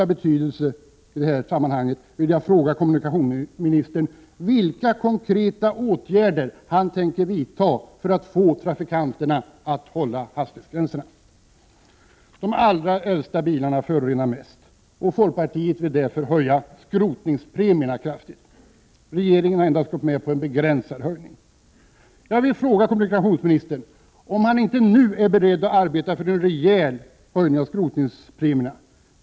De allra äldsta bilarna förorenar mest. Folkpartiet vill därför höja skrotningspremierna kraftigt. Regeringen har endast gått med på en begränsad höjning. Jag vill därför fråga kommunikationsministern om han inte nu är beredd att arbeta för en rejäl höjning av skrotningspremierna.